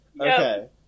okay